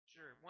Sure